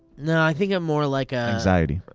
nah, i think i'm more like a anxiety.